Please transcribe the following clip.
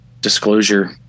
disclosure